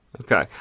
Okay